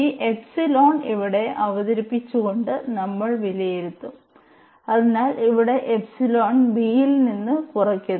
ഈ എപ്സിലോൺ ഇവിടെ അവതരിപ്പിച്ചുകൊണ്ട് നമ്മൾ വിലയിരുത്തും അതിനാൽ ഇവിടെ എപ്സിലോൺ bയിൽ നിന്ന് കുറയ്ക്കുന്നു